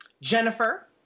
Jennifer